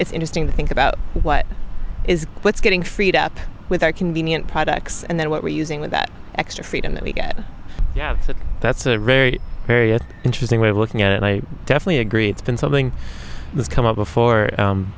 it's interesting to think about what is getting freed up with our convenient products and then what we're using with that extra freedom that we get that that's a very very interesting way of working and i definitely agree it's been something that's come up before